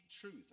truth